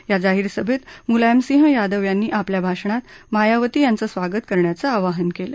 या जाहीर सभेत मुलायमसिंह यादव यांनी आपल्या भाषणात मायावती यांचं स्वागत करण्याचं आवाहन केलं